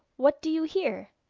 what do you here